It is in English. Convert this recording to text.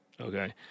Okay